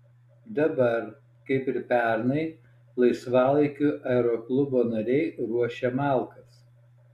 dabar kaip ir pernai laisvalaikiu aeroklubo nariai ruošia malkas